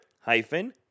hyphen